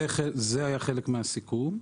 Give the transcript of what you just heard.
זה היה חלק מהסיכום.